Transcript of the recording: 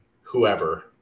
whoever